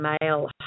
Male